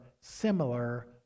similar